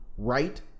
Right